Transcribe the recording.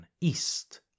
East